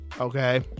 Okay